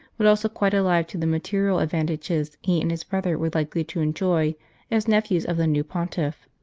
but also quite alive to the material advantages he and his brother were likely to enjoy as nephews of the new pontiff.